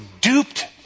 duped